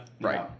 Right